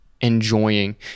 enjoying